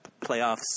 playoffs